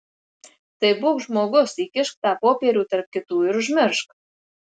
tai būk žmogus įkišk tą popierių tarp kitų ir užmiršk